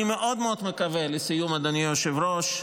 לסיום, אדוני היושב-ראש,